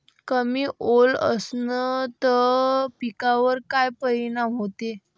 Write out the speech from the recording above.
कमी ओल असनं त पिकावर काय परिनाम होते?